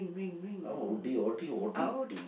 I will Audi Audi Audi